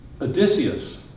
Odysseus